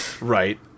Right